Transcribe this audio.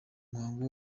muhango